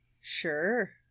Sure